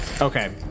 okay